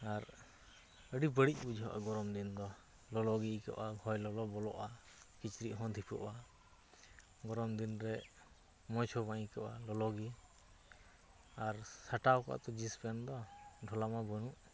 ᱟᱨ ᱟᱹᱰᱤ ᱵᱟᱹᱲᱤᱡ ᱵᱩᱡᱷᱟᱹᱜᱼᱟ ᱜᱚᱨᱚᱢᱫᱤᱱ ᱫᱚ ᱞᱚᱞᱚᱜᱮ ᱟᱹᱭᱠᱟᱹᱜᱼᱟ ᱦᱚᱭ ᱞᱚᱞᱚ ᱵᱚᱞᱚᱜᱼᱟ ᱠᱤᱪᱨᱤᱡᱦᱚᱸ ᱫᱷᱤᱯᱟᱹᱜᱼᱟ ᱜᱚᱨᱚᱢᱫᱤᱱ ᱨᱮ ᱢᱚᱡᱽᱦᱚᱸ ᱵᱟᱝ ᱟᱹᱭᱠᱟᱹᱜᱼᱟ ᱞᱚᱞᱚᱜᱮ ᱟᱨ ᱥᱟᱴᱟᱣ ᱠᱚᱜᱟᱛᱚ ᱡᱤᱱᱥ ᱯᱮᱱ ᱫᱚ ᱰᱷᱚᱞᱟ ᱢᱟ ᱵᱟᱹᱱᱩᱜ